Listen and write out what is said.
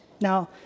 Now